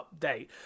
update